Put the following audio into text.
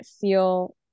feel –